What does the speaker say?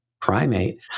primate